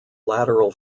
lateral